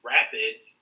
Rapids